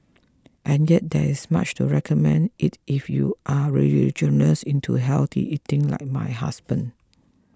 and yet there is much to recommend it if you are religious into healthy eating like my husband